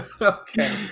okay